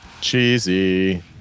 cheesy